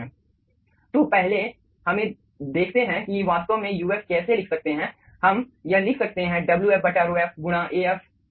तो पहले हमें देखते हैं कि वास्तव में uf कैसे लिख सकते हैं हम यह लिख सकते हैं Wf बटा ρf गुणा Af ठीक है